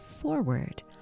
forward